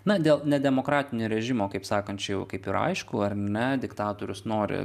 na dėl nedemokratinio režimo kaip sakant čia jau kaip ir aišku ar ne diktatorius nori